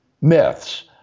myths